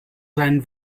seinen